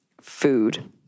food